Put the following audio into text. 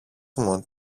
μου